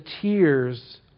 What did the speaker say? tears